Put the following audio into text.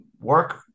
Work